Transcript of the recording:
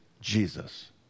Jesus